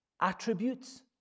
attributes